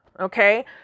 Okay